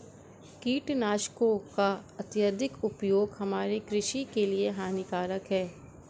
कीटनाशकों का अत्यधिक उपयोग हमारे कृषि के लिए हानिकारक है